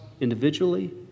individually